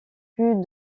plus